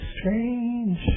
strange